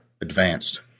advanced